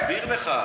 אני מסביר לך.